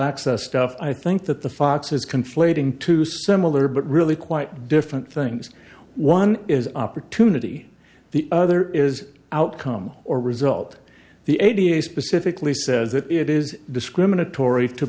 access stuff i think that the fox is conflating two similar but really quite different things one is opportunity the other is outcome or result the a d a s specifically says that it is discriminatory to